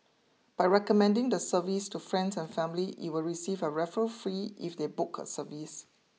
by recommending the service to friends and family you will receive a referral free if they book a service